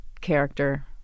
character